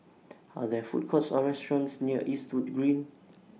Are There Food Courts Or restaurants near Eastwood Green